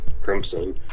Crimson